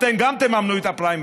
אתם גם תממנו את הפריימריז.